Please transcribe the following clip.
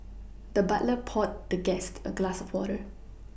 the butler poured the guest a glass of water